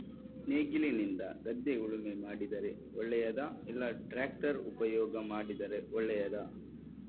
ನೇಗಿಲಿನಿಂದ ಗದ್ದೆ ಉಳುಮೆ ಮಾಡಿದರೆ ಒಳ್ಳೆಯದಾ ಇಲ್ಲ ಟ್ರ್ಯಾಕ್ಟರ್ ಉಪಯೋಗ ಮಾಡಿದರೆ ಒಳ್ಳೆಯದಾ?